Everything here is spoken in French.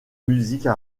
musiques